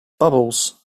bubbles